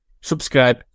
Subscribe